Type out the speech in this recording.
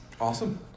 Awesome